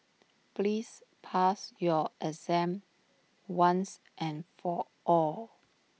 please pass your exam once and for all